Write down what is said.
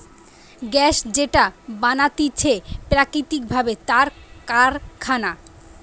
gas যেটা বানাতিছে প্রাকৃতিক ভাবে তার কারখানা